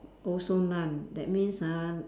also none that means ah